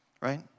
right